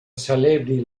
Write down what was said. celebri